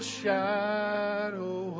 shadow